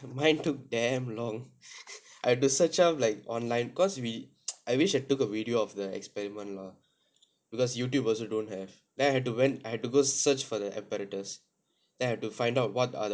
my took damn long I had to search up like online cause we I wish I took a video of the experiment lah because Youtube also don't have then I had went I had to go search for the apparatus then have to find out what are the